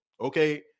okay